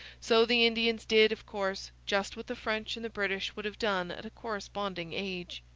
so the indians did, of course, just what the french and the british would have done at a corresponding age.